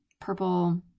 purple